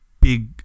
big